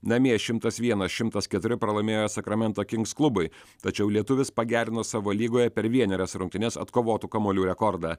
namie šimtas vienas šimtas keturi pralaimėjo sakramento kings klubui tačiau lietuvis pagerino savo lygoje per vienerias rungtynes atkovotų kamuolių rekordą